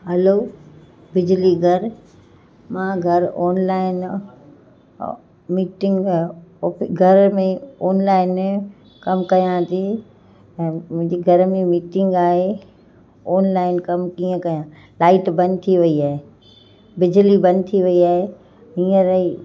हलो बिजली घर मां घरु ऑनलाइन मीटिंग घर में ऑनलाइन कमु कयां थी मुंहिंजी घर में मीटिंग आहे ऑनलाइन कमु कीअं कयां लाईट बंदि थी वेई आहे बिजली बंदि थी वेई आहे हींअर ई